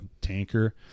tanker